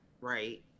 right